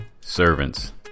servants